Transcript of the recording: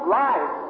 life